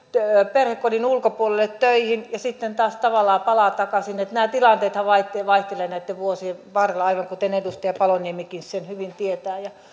perhekodin ulkopuolelle töihin ja sitten taas tavallaan palaa takaisin nämä tilanteethan vaihtelevat vuosien varrella aivan kuten edustaja paloniemikin hyvin tietää